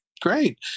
Great